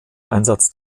einsatz